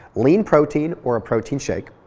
lean protein, or a protein shake.